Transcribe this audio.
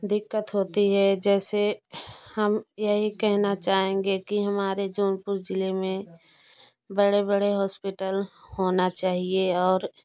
दिक्कत होती है जैसे हम यही कहना चाहेंगे कि हमारे जौनपुर जिले में बड़े बड़े हॉस्पिटल होना चाहिए और